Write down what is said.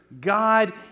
God